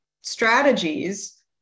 strategies